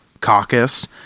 caucus